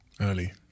Early